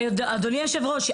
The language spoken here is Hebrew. אדוני היושב ראש,